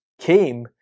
came